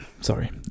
Sorry